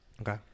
Okay